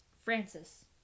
Francis